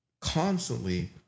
constantly